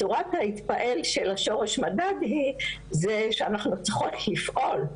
צורת ההתפעל של השורש מ.ד.ד זה שאנחנו צריכות לפעול,